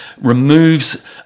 removes